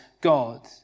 God